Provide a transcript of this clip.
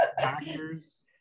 factors